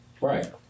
Right